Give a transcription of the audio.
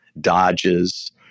Dodges